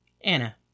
Anna